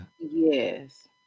Yes